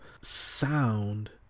sound